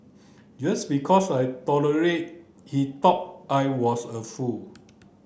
just because I tolerate he thought I was a fool